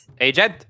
Agent